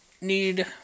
need